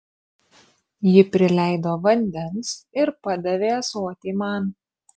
ji prileido vandens ir padavė ąsotį man